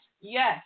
Yes